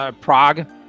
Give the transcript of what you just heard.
Prague